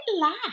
laugh